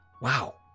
wow